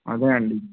అదే అండి